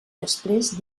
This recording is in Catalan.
després